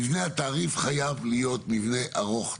מבנה התעריף חייב להיות מבנה ארוך טווח.